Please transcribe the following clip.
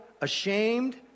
ashamed